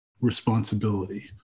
responsibility